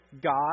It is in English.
God